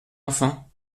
enfant